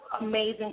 amazing